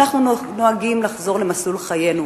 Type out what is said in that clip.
אנחנו נוהגים לחזור למסלול חיינו,